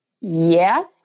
Yes